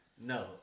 No